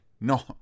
no